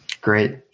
Great